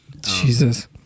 Jesus